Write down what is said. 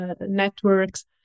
networks